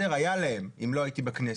היה להם אם לא הייתי בכנסת.